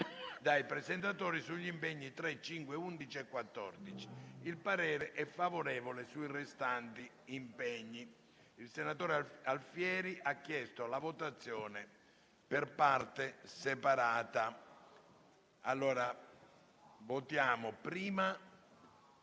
dai presentatori sugli impegni nn. 3, 5, 11 e 14. Il parere è favorevole sui restanti impegni. Il senatore Alfieri ha chiesto la votazione per parti separate. Metto ai voti la proposta